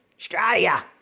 Australia